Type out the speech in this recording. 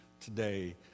today